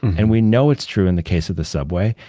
and we know it's true in the case of the subway,